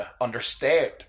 understand